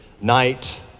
night